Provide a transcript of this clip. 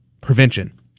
prevention